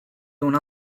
una